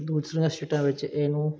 ਦੂਸਰੀਆਂ ਸਟੇਟਾਂ ਵਿੱਚ ਇਹਨੂੰ